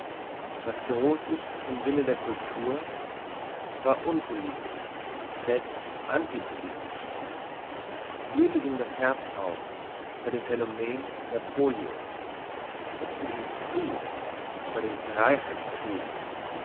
was gross ist im sinn der cultur war unpolitisch selbst antipolitisch goethen gieng das herz auf bei dem phänomen napoleon es gieng ihm zu beiden